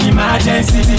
Emergency